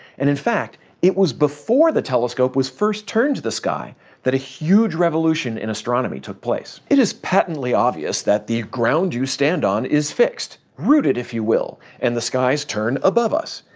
and in fact it was before the telescope was first turned to the sky that a huge revolution in astronomy took place. it is patently obvious that the ground you stand on is fixed, rooted if you will, and the skies turn above us.